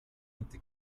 inte